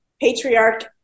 patriarch